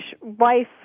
wife